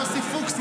יוסי פוקס,